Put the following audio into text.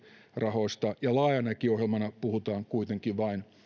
rahoista ja laajanakin ohjelmana puhutaan kuitenkin vain